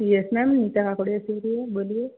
yes ma'am Nita बोलिए